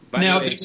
Now